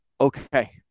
okay